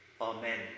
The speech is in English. Amen